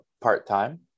part-time